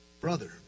brother